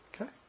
Okay